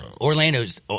Orlando's